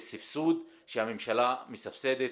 יש סבסוד שהממשלה מסבסדת.